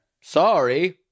Sorry